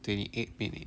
twenty eight minute